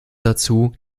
dazu